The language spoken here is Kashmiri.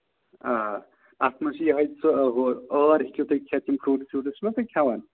آ اَتھ منٛز چھِ یِہوٚے ژٕ ہُہ ٲر ہیٚکِو تُہۍ کھٮ۪تھ یِم فرٛوٗٹٕس ووٗٹٕس چھِو نہ تُہۍ کھٮ۪وان